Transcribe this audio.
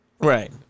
Right